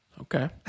Okay